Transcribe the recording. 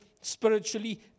spiritually